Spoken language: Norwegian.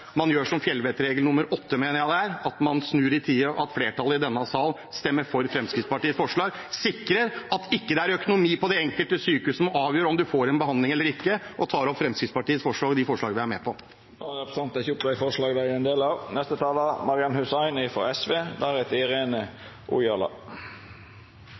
man gjør som i fjellvettregel nr. 8 – mener jeg det er – at man snur i tide, og at flertallet i denne sal stemmer for Fremskrittspartiets forslag og sikrer at det ikke er økonomien på de enkelte sykehusene som avgjør om man får en behandling eller ikke. Jeg tar opp det forslaget Fremskrittspartiet er med på. Representanten Bård Hoksrud har teke opp